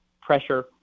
pressure